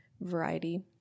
variety